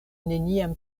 neniam